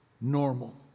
normal